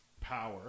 power